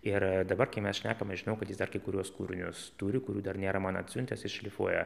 ir dabar kai mes šnekam aš žinau kad jis dar kai kuriuos kūrinius turi kurių dar nėra man atsiuntęs jis šlifuoja